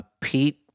Pete